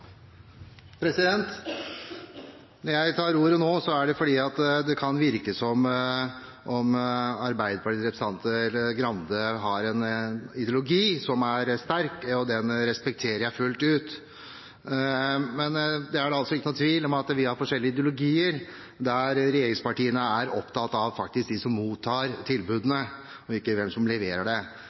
det fordi det kan virke som om Arbeiderpartiets representant Grande har en ideologi som er sterk, og den respekterer jeg fullt ut. Det er ikke noen tvil om at vi har forskjellige ideologier. Regjeringspartiene er opptatt av dem som mottar tilbudene, og ikke hvem som leverer dem. Vi er opptatt av brukeren. Det